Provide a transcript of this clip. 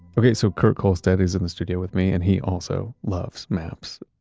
okay, so kurt kohlstedt is in the studio with me and he also loves maps.